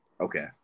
Okay